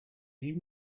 you